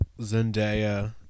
zendaya